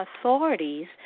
authorities